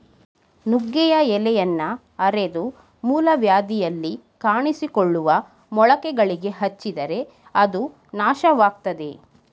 ನುಗ್ಗೆಯ ಎಲೆಯನ್ನ ಅರೆದು ಮೂಲವ್ಯಾಧಿಯಲ್ಲಿ ಕಾಣಿಸಿಕೊಳ್ಳುವ ಮೊಳಕೆಗಳಿಗೆ ಹಚ್ಚಿದರೆ ಅದು ನಾಶವಾಗ್ತದೆ